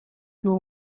your